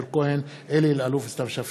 מהיר בהצעתו של חבר הכנסת טלב אבו עראר, בנושא: